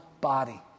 body